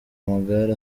amagare